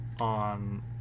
on